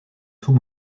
tout